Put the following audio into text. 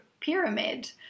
pyramid